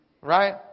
right